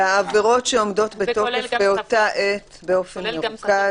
זה העבירות שעומדות בתוקף באותה עת באופן מרוכז,